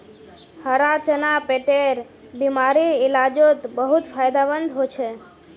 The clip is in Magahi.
हरा चना पेटेर बिमारीर इलाजोत बहुत फायदामंद होचे